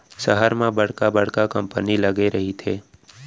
सहर म बड़का बड़का कंपनी लगे रहिथे